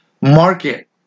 Market